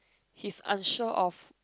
he's unsure of